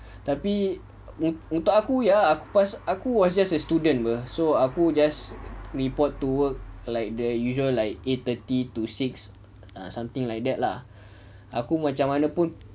tapi un~ un~ untuk aku ya aku was just a student apa so aku just report to work like the usual like eight thirty to six something like that lah aku macam mana pun